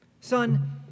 Son